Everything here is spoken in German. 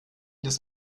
des